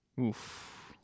Oof